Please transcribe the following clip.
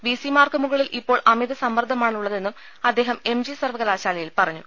V C mark മുകളിൽ ഇപ്പോൾ അമിത സമ്മർദമാണ് ഉള്ളതെന്നും അദ്ദേഹം എം ജി സർവ്വകലാശാല യിൽ പറഞ്ഞു